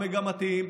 המגמתיים,